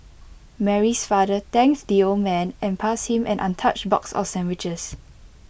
Mary's father thanked the old man and passed him an untouched box of sandwiches